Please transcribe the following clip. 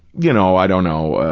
you know, i don't know,